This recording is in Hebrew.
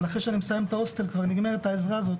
אבל אחרי שאני מסיים את ההוסטל אין לי את העזרה הזאת.